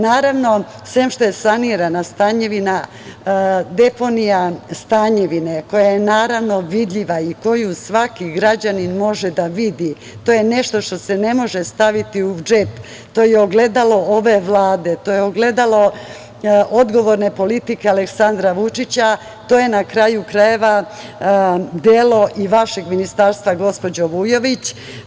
Naravno, sem što je sanirana, Stanjevina, deponija Stanjevine, koja je vidljiva i koju svaki građanin može da vidi, to je nešto što se ne može staviti u džep, to je ogledalo ove Vlade, to je ogledalo odgovorne politike Aleksandra Vučića, to je na kraju krajeva delo i vašeg Ministarstva gospođo Vujović.